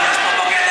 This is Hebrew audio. משת"פית, תתביישי